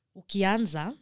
ukianza